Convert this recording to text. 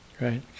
Right